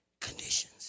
conditions